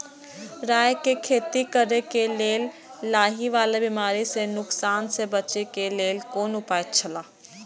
राय के खेती करे के लेल लाहि वाला बिमारी स नुकसान स बचे के लेल कोन उपाय छला?